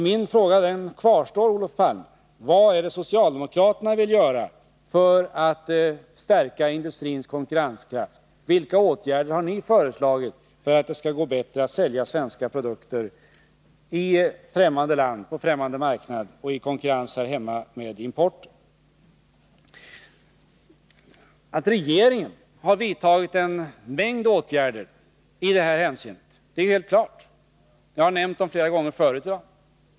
Min fråga kvarstår alltså, Olof Palme: Vad är det socialdemokraterna vill göra för att stärka industrins konkurrenskraft? Vilka åtgärder har ni föreslagit för att det skall gå bättre att sälja svenska produkter på främmande marknader och här hemma i konkurrens med importerade varor? Att regeringen vidtagit en mängd åtgärder i det här hänseendet är helt klart. Jag har tidigare i dag nämnt några.